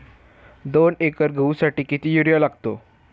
दोन एकर गहूसाठी किती युरिया लागतो?